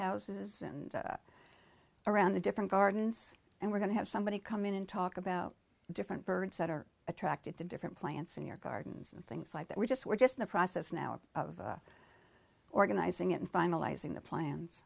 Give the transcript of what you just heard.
houses and around the different gardens and we're going to have somebody come in and talk about the different birds that are attracted to different plants in your gardens and things like that we're just we're just in the process now of organizing it and finalizing the plans